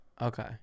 Okay